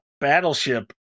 battleship